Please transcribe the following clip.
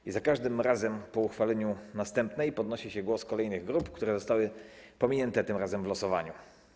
I za każdym razem po uchwaleniu następnej podnosi się głos kolejnych grup, które zostały pominięte tym razem w losowaniu.